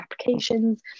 applications